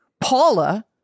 Paula